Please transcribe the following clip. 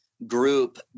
Group